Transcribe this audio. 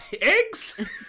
eggs